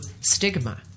stigma